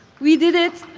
we did it.